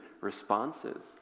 responses